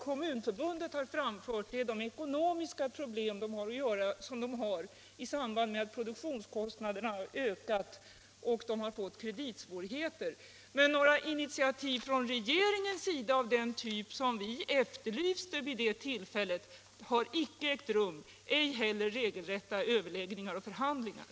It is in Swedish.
Kommunförbundet har tagit upp sina ekonomiska problem i samband med att produktionskostnaderna ökat och sina kreditsvårigheter. Men några initiativ från regeringens sida av den typ vi efterlyste har icke ägt rum, inte heller några regelrätta överläggningar eller förhandlingar.